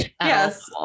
yes